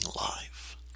life